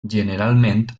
generalment